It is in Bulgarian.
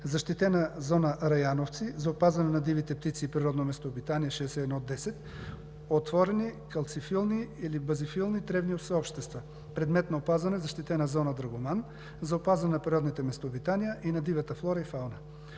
защитена зона Раяновци – за опазване на дивите птици и природно местообитание 61.10, отворени, калцифилни или базифилни тревни съобщества, предмет на опазване и защитена зона Драгоман, за опазване на природните местообитания и на дивата флора и фауна.